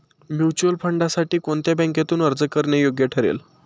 Mutual फंडांसाठी कोणत्या बँकेतून अर्ज करणे योग्य ठरेल?